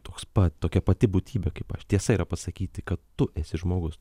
toks pat tokia pati būtybė kaip aš tiesa yra pasakyti kad tu esi žmogus